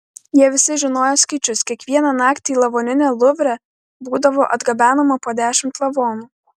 jie visi žinojo skaičius kiekvieną naktį į lavoninę luvre būdavo atgabenama po dešimt lavonų